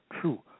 true